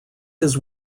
his